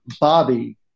Bobby